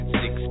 six